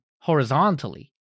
horizontally